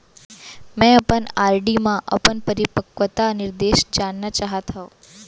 मै अपन आर.डी मा अपन परिपक्वता निर्देश जानना चाहात हव